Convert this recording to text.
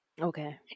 okay